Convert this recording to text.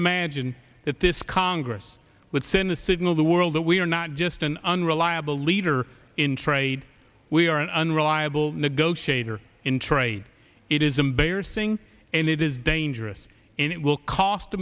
imagine that this congress would send a signal the world that we are not just an unreliable leader in trade we are an unreliable negotiator in trade it is embarrassing and it is dangerous and it will cost